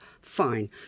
fine